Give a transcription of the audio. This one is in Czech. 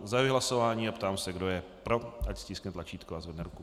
Zahajuji hlasování a ptám se, kdo je pro, ať stiskne tlačítko a zvedne ruku.